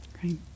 Great